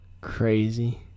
crazy